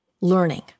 learning